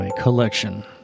Collection